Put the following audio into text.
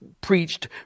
preached